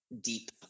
deep